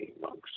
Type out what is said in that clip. monks